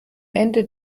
ende